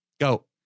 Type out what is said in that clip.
go